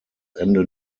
ende